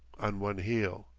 on one heel.